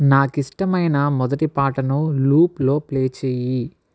నాకిష్టమైన మొదటి పాటను లూప్ లో ప్లే చెయ్యి